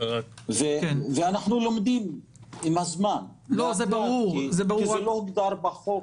אנחנו לומדים עם הזמן כי זה לא הוגדר בחוק,